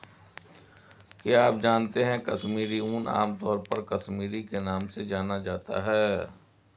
क्या आप जानते है कश्मीरी ऊन, आमतौर पर कश्मीरी के नाम से जाना जाता है?